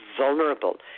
vulnerable